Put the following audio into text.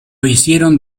hicieron